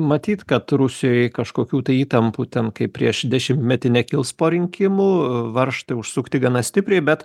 matyt kad rusijoj kažkokių tai įtampų ten kaip prieš dešimtmetį nekils po rinkimų varžtai užsukti gana stipriai bet